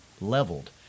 leveled